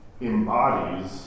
embodies